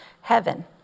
heaven